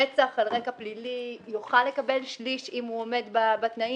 רצח על רקע פלילי יוכל לקבל שליש אם הוא עומד בתנאים.